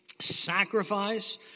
sacrifice